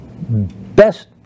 best